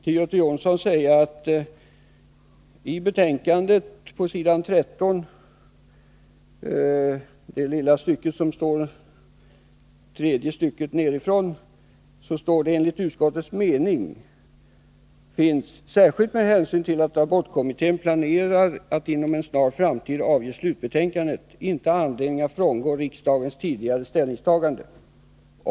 Till Göte Jonsson vill jag säga att på s. 13, tredje stycket nedifrån står: ”Enligt utskottets mening finns — särskilt med hänsyn till att abortkommittén planerar att inom en snar framtid avge slutbetänkande — inte anledning att frångå riksdagens tidigare ställningstagande.